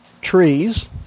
trees